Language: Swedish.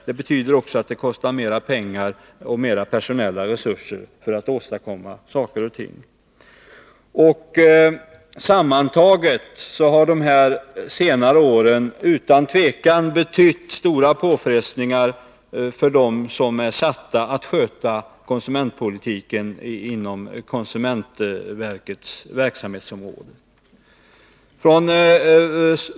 Det kostar mer pengar och fordras mer personella resurser för att man skall kunna åstadkomma saker och ting. Sammantaget har dessa senare år utan tvivel betytt stora påfrestningar för dem som inom konsumentverkets verksamhetsområde är satta att sköta konsumentpolitiken.